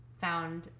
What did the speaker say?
found